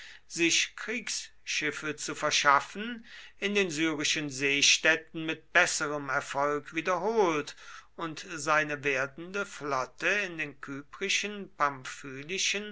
sich kriegsschiffe zu verschaffen in den syrischen seestädten mit besserem erfolg wiederholt und seine werdende flotte in den